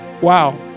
Wow